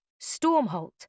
Stormholt